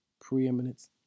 preeminence